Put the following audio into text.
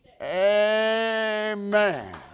amen